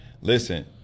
Listen